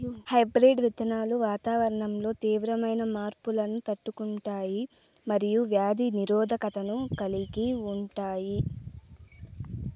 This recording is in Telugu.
హైబ్రిడ్ విత్తనాలు వాతావరణంలో తీవ్రమైన మార్పులను తట్టుకుంటాయి మరియు వ్యాధి నిరోధకతను కలిగి ఉంటాయి